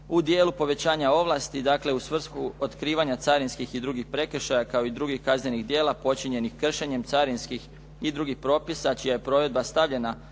U dijelu povećanja ovlasti, dakle u svrhu otkrivanja carinskih i drugih prekršaja, kao i drugih kaznenih djela počinjenih kršenjem carinskih i drugih propisa čija je provedba stavljena